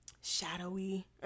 shadowy